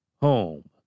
home